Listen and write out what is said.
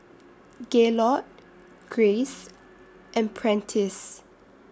Gaylord Grace and Prentiss